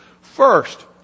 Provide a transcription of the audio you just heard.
First